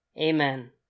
Amen